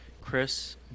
Chris